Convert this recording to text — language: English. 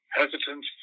hesitant